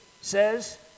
says